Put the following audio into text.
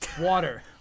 Water